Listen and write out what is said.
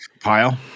Pile